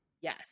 Yes